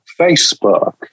Facebook